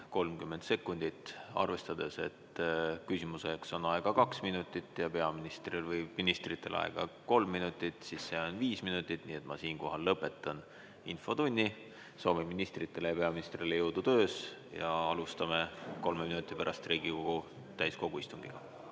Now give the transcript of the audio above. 30 sekundit. Arvestades, et küsimiseks on aega kaks minutit ja ministritel vastamiseks aega kolm minutit – see on kokku viis minutit –, ma siinkohal lõpetan infotunni. Soovin ministritele ja peaministrile jõudu töös! Alustame kolme minuti pärast Riigikogu täiskogu istungit.